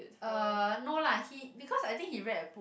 uh no lah he because I think he read a book